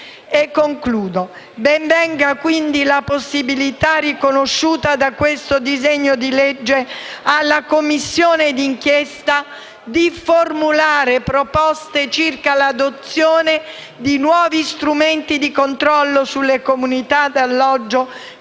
ben venga, quindi, la possibilità riconosciuta da questo disegno di legge alla Commissione d'inchiesta di formulare proposte circa l'adozione di nuovi strumenti di controllo sulle comunità d'alloggio